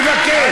מבקש.